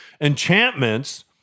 Enchantments